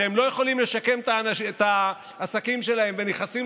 כשהם לא יכולים לשקם את העסקים שלהם ונכנסים